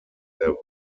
there